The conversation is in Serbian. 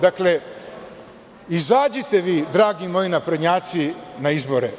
Dakle, izađite vi, dragi moji naprednjaci, na izbore.